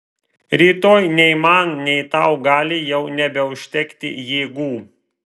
rytoj nei man nei tau gali jau nebeužtekti jėgų